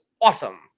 awesome